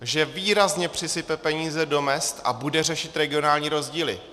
Že výrazně přisype peníze do mezd a bude řešit regionální rozdíly.